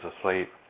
asleep